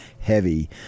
heavy